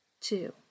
two